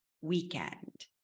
weekend